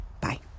Bye